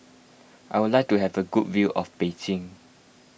I would like to have a good view of Beijing